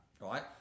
right